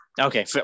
Okay